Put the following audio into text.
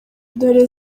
dore